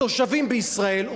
התושבים בישראל,